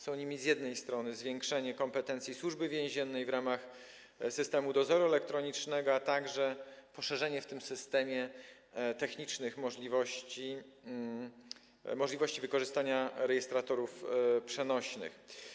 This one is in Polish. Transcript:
Są nimi zwiększenie kompetencji Służby Więziennej w ramach systemu dozoru elektronicznego, a także poszerzenie w tym systemie technicznych możliwości wykorzystania rejestratorów przenośnych.